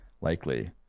Likely